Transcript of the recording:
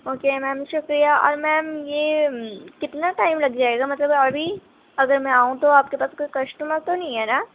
okay ma'am شکریہ اور ma'am یہ کتنا ٹائم لگ جائے گا مطلب ابھی اگر میں آؤں تو آپ کے پاس کوئی کسٹمر تو نہیں ہے نا